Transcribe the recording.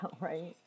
right